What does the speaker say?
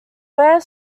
weir